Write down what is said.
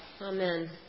amen